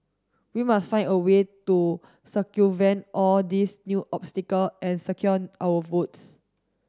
we must find a way to circumvent all these new obstacle and secure our votes